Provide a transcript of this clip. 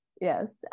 Yes